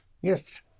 Yes